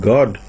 God